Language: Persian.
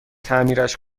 تعمیرش